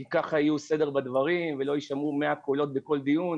כי ככה יהיה סדר בדברים ולא יישמעו 100 קולות בכל דיון,